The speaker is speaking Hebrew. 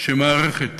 שמערכת